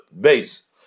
base